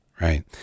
Right